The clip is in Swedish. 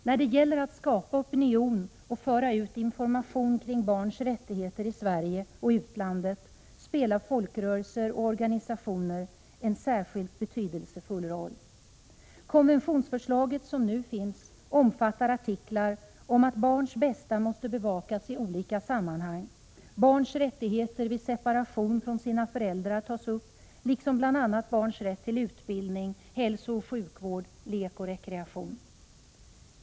När det gäller att skapa opinion och föra ut information kring barns rättigheter i Sverige och i utlandet spelar folkrörelser och organisationer en särskilt betydelsefull roll. Konventionsförslaget, som nu föreligger, omfattar artiklar om att barns bästa måste bevakas i olika sammanhang. Barns rättigheter vid separation från sina föräldrar tas upp liksom bl.a. barns rätt till utbildning, hälsooch sjukvård, lek och rekreation.